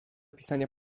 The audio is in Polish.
pisania